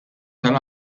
tal